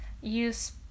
use